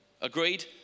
Agreed